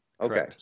Okay